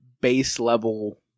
base-level